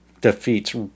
defeats